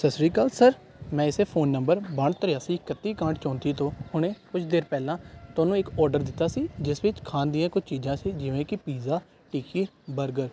ਸਤਿ ਸ੍ਰੀ ਅਕਾਲ ਸਰ ਮੈਂ ਇਸੇ ਫੋਨ ਨੰਬਰ ਬਾਹਠ ਤ੍ਰਿਆਸੀ ਇਕੱਤੀ ਇਕਾਹਠ ਚੌਂਤੀ ਤੋਂ ਹੁਣੇ ਕੁੱਝ ਦੇਰ ਪਹਿਲਾਂ ਤੁਹਾਨੂੰ ਇੱਕ ਔਡਰ ਦਿੱਤਾ ਸੀ ਜਿਸ ਵਿੱਚ ਖਾਣ ਦੀਆਂ ਕੁੱਝ ਚੀਜ਼ਾਂ ਸੀ ਜਿਵੇਂ ਕਿ ਪੀਜ਼ਾ ਟਿੱਕੀ ਬਰਗਰ